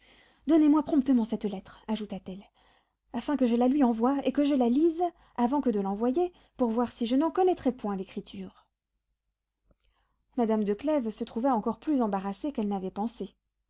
donnez-moi promptement cette lettre ajouta-t-elle afin que je la lui envoie et que je la lise avant que de l'envoyer pour voir si je n'en connaîtrai point l'écriture madame de clèves se trouva encore plus embarrassée qu'elle n'avait pensé